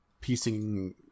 piecing